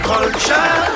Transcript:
Culture